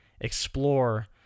explore